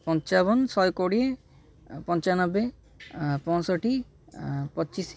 ପଞ୍ଚାବନ ଶହେ କୋଡ଼ିଏ ପଞ୍ଚାନବେ ପଞ୍ଚଷଠି ପଚିଶ